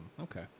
Okay